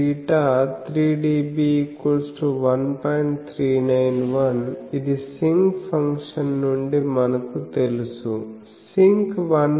391 ఇది sinc function నుండి మనకు తెలుసు sinc1